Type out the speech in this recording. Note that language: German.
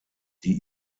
die